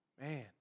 Man